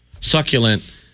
succulent